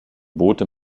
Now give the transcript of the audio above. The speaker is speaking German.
boote